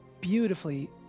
beautifully